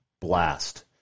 blast